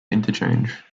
interchange